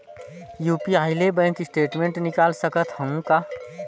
UPI ले bank statement निकाल सकत हवं का?